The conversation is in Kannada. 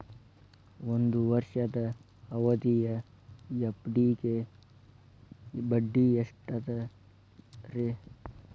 ಒಂದ್ ವರ್ಷದ ಅವಧಿಯ ಎಫ್.ಡಿ ಗೆ ಬಡ್ಡಿ ಎಷ್ಟ ಅದ ರೇ?